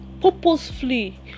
purposefully